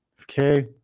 Okay